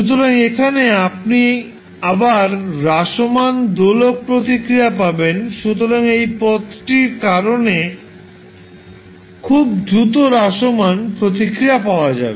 সুতরাং এখানে আপনি আবার হ্রাসমাণ দোলক প্রতিক্রিয়া পাবেন সুতরাং এই পদটির কারণে খুব দ্রুত হ্রাসমান প্রতিক্রিয়া পাওয়া যাবে